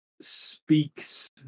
speaks